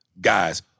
guys